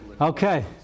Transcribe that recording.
Okay